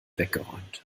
weggeräumt